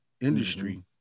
industry